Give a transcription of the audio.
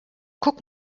guck